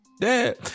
dad